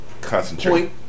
concentrate